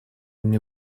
мне